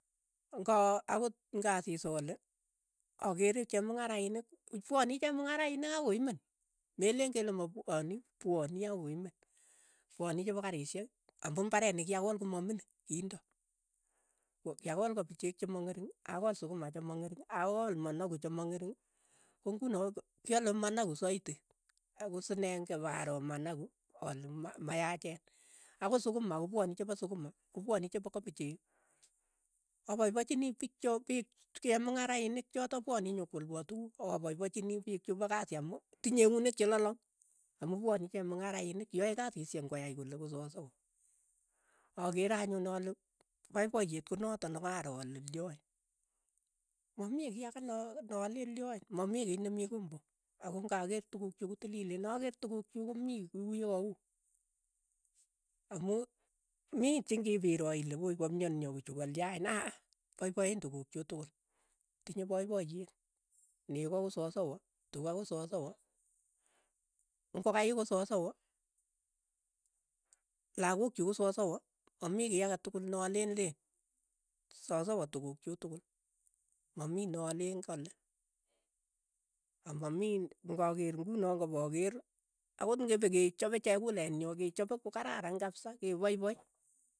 Ng'a akot ng'asis ale akere chemng'arainik akoi koimen. meleen kele mapwani, pwani akoi koimen, pwani chepa karishek, ambu mbaret nekiakol komaning, kindo. ko kyakol kapichek che mang'ering akol sukuma che mang'ering. akool managu che mang'ering, ko ng'uno kiale managu saiti, ako sine ng'iparo managu ale ma- mayaachen, akot sukuma kopwani chepo sukuma, kopwani chepo kapichek, apaipachini pik cho piik chemung'arainik chotok pwani nyikwalwa tukuk, apaipachini piik chepo kasi amu tinye eunek che lolong, amu pwani chemung'arainik, yae kasishek ng'oyai kole ko sosoo, akere anyun ale poipoyeet konatak nekaro ale lyoin, mamii kei ake ne aleen lyoin, mamii kei ne mii kombo, ako ng'akeer tukuk chuk kotilileen, nakeer tukuk chuk komii ku yekau, amu mii cheng'ipiro ile wooi, kaimyani au chu, kalyain aa, paipaen tukuk chu tukul, tinyei paipayet, neko ko sosowo, tuka ko sosowo, ng'okaik ko sosowolakok chuk ko sosowo, mamii kiy ake tukul ne aleen leen, sosowo tukuk chuk tukul, mamii naleen kale, amamii ng'akeer ng'uno kapakeer, akot ng'epekechope chekulet nyo, kechoe kokararan kapsa, kepoipoi.